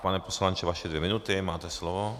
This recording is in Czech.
Pane poslanče, vaše dvě minuty, máte slovo.